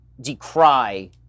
decry